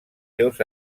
seus